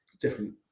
Different